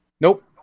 Nope